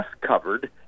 covered